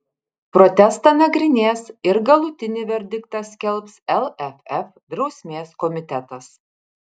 protestą nagrinės ir galutinį verdiktą skelbs lff drausmės komitetas